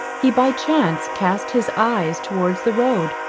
he by chance cast his eyes towards the road,